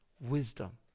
wisdom